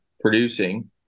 producing